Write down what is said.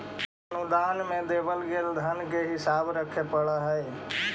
अनुदान में देवल गेल धन के हिसाब रखे पड़ा हई